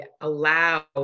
allow